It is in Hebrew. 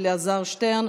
אלעזר שטרן,